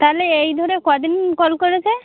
তালে এই ধরে ক দিন কল করেছে